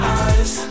eyes